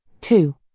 Two